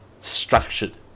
structured